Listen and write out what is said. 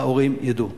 ההורים ידעו.